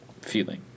feeling